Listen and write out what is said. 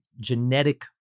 genetic